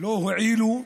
לא הועילו.